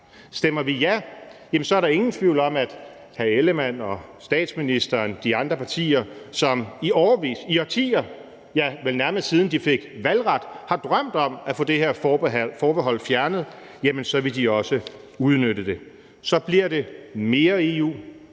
Stemmer vi ja, er der ingen tvivl om, at hr. Jakob Ellemann-Jensen og statsministeren og de andre partier, som i årevis, i årtier, ja, vel nærmest siden de fik valgret, har drømt om at få det her forbehold fjernet, også ville udnytte det. Så bliver der mere EU,